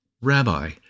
Rabbi